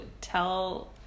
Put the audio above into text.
tell